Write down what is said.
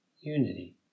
unity